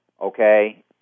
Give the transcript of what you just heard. Okay